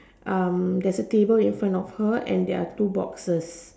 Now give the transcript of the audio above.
um there's a table in front of her and there are two boxes